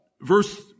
verse